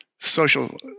social